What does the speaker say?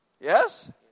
Yes